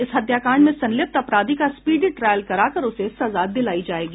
इस हत्याकांड में संलिप्त अपराधी का स्पीडी ट्रायल करा कर उसे सजा दिलाई जाएगी